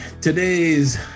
Today's